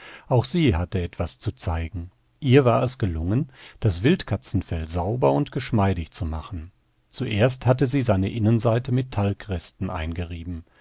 auch sie hatte etwas zu zeigen ihr war es gelungen das wildkatzenfell sauber und geschmeidig zu machen zuerst hatte sie seine innenseite mit talgresten eingerieben